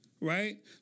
right